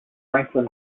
franklin